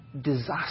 disaster